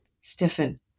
stiffen